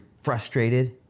frustrated